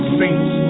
saints